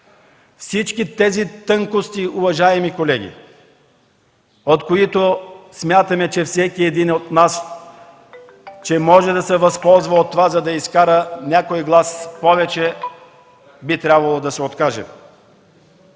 всички тези тънкости, уважаеми колеги, от които смятаме, че всеки един от нас може да се възползва и да изкара от това някой глас повече, би трябвало да се откажем.